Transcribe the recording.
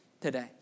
today